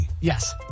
Yes